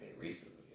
recently